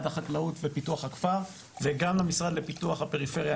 החקלאות ופיתוח הכפר וגם למשרד לפיתוח הפריפריה,